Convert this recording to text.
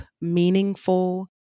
meaningful